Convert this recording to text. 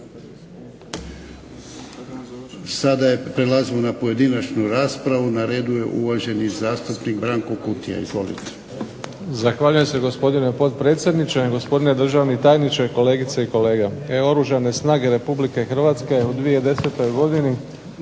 Zahvaljujem. Prelazimo na pojedinačnu raspravu. Na redu je uvaženi zastupnik Branko Kutija. Izvolite. **Kutija, Branko (HDZ)** Zahvaljujem se gospodine potpredsjedniče. Gospodine državni tajniče, kolegice i kolege. Oružane snage RH u 2010. Godini